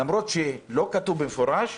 למרות שלא כתוב במפורש,